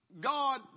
God